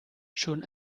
schon